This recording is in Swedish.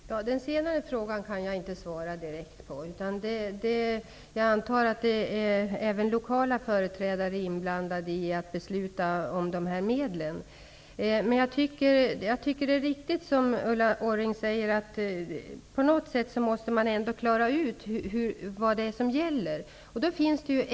Fru talman! Den senaste frågan kan jag inte svara direkt på. Jag antar att även lokala företrädre är inblandade när det gäller att besluta om dessa medel. Men det är riktigt som Ulla Orring säger att man på något sätt ändå måste klara ut vad som gäller.